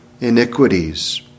iniquities